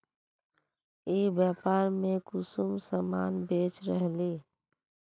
ई व्यापार में कुंसम सामान बेच रहली?